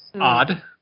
Odd